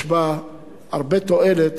יש בה הרבה תועלת